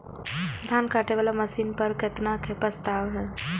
धान काटे वाला मशीन पर केतना के प्रस्ताव हय?